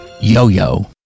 Yo-Yo